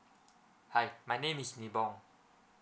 hi my name is nibong